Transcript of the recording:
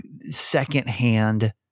secondhand